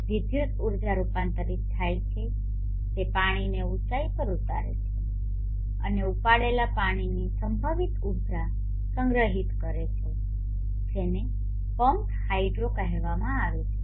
વિદ્યુત ઉર્જા રૂપાંતરિત થાય છે તે પાણીને ઉંચાઇ પર ઉતારે છે અને ઉપાડેલા પાણીની સંભવિત ઉર્જા સંગ્રહિત કરે છે જેને પમ્પ્ડ હાઇડ્રો કહેવામાં આવે છે